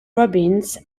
robbins